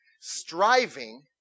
Striving